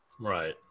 Right